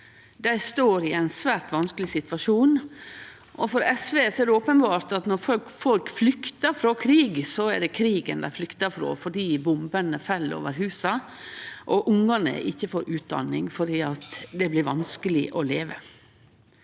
Dei står i ein svært vanskeleg situasjon. For SV er det openbert at når folk flyktar frå krig, er det krigen dei flyktar frå, fordi bombene fell over husa og ungane ikkje får utdanning fordi det blir vanskeleg å leve.